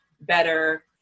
better